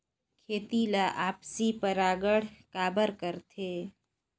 खेती ला आपसी परागण काबर करथे?